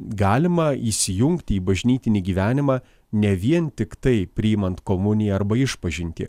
galima įsijungti į bažnytinį gyvenimą ne vien tiktai priimant komuniją arba išpažintį